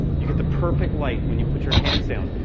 you get the perfect light when you put your hands down.